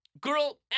Girl